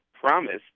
promised